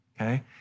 okay